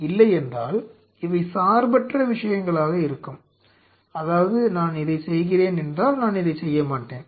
இல்லையென்றால் இவை சார்பற்ற விஷயங்களாக இருக்கும் அதாவது நான் இதைச் செய்கிறேன் என்றால் நான் இதைச் செய்ய மாட்டேன்